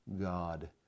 God